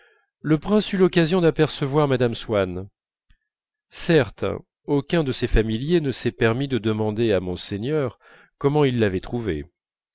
le prince eut l'occasion d'apercevoir mme swann certes aucun de ses familiers ne s'est permis de demander à monseigneur comment il l'avait trouvée